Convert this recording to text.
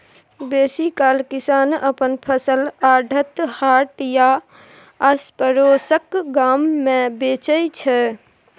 बेसीकाल किसान अपन फसल आढ़त, हाट या आसपरोसक गाम मे बेचै छै